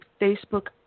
Facebook